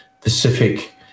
Pacific